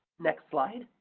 next slide.